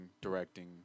directing